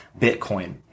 Bitcoin